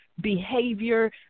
behavior